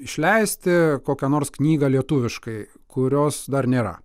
išleisti kokią nors knygą lietuviškai kurios dar nėra